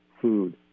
food